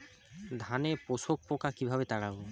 ধানে শোষক পোকা কিভাবে তাড়াব?